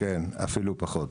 כן, אפילו פחות.